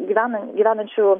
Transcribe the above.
gyvena gyvenančių